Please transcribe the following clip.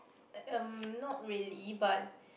um not really but